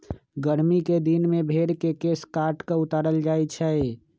गरमि कें दिन में भेर के केश काट कऽ उतारल जाइ छइ